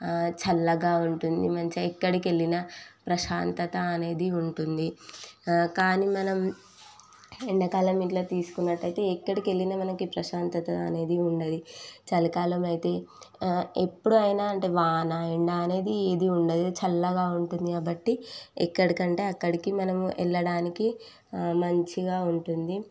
చల్లగా ఉంటుంది మంచిగా ఎక్కడికి వెళ్ళినా ప్రశాంతత అనేది ఉంటుంది కానీ మనం ఎండాకాలం ఇట్లా తీసుకున్నట్టయితే ఎక్కడికి వెళ్ళినా మనకి ప్రశాంతత అనేది ఉండదు చలికాలం అయితే ఎప్పుడైనా అంటే వాన ఎండ అనేది ఏది ఉండదు చల్లగా ఉంటుంది కాబట్టి ఎక్కడికంటే అక్కడికి మనము వెళ్ళడానికి మంచిగా ఉంటుంది